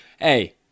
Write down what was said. Hey